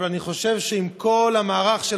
אבל אני חושב שעם כל הכשלים,